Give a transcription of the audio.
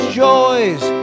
joys